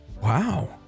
wow